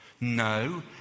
No